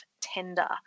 tender